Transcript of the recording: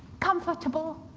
comfortable,